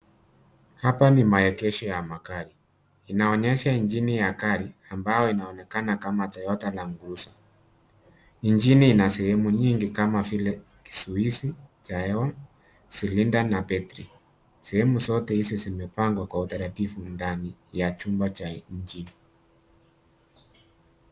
Hapa ni maegesho ya magari. Inaonyesha injini ya gari ambayo inaonekana kama Toyota Landcruiser. Injini ina sehemu nyingi kama vile kizuizi cha silinda na betri. Sehemu zote hizi zimepangwa kwa utaratibu na ndani ya chumba cha injini.